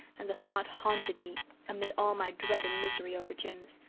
and the thought haunted me amid all my dread and misery over jims.